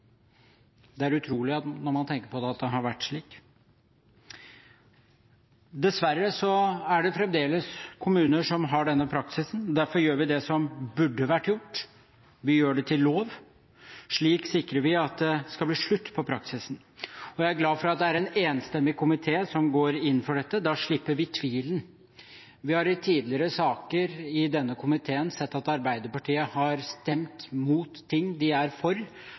Det er utrolig – når man tenker på det – at det har vært slik. Dessverre er det fremdeles kommuner som har denne praksisen. Derfor gjør vi det som burde vært gjort – vi gjør det til lov. Slik sikrer vi at det skal bli slutt på praksisen. Jeg er glad for at det er en enstemmig komité som går inn for dette, da slipper vi tvilen. Vi har i tidligere saker i denne komiteen sett at Arbeiderpartiet har stemt mot ting de er for,